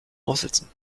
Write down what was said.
aufsätzen